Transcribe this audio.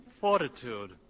Fortitude